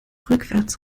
rückwärts